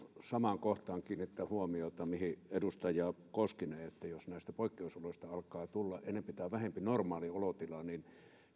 samaan kohtaan mihin edustaja koskinen että jos näistä poikkeusoloista alkaa tulla enempi tai vähempi normaali olotila niin